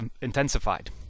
intensified